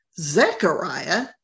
Zechariah